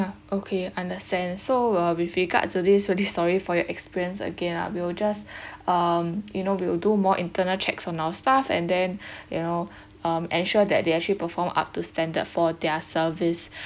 okay understand so uh with regards to this really sorry for your experience again lah we will just um you know we will do more internal checks on our staff and then you know um ensure that they actually perform up to standard for their service